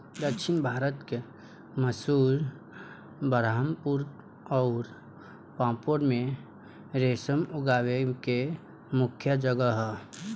दक्षिण भारत के मैसूर, बरहामपुर अउर पांपोर में रेशम उगावे के मुख्या जगह ह